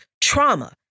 trauma